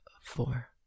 four